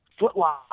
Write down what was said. footlock